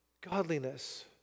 godliness